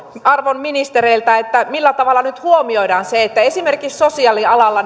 arvon ministereiltä millä tavalla nyt huomioidaan se että esimerkiksi sosiaalialalla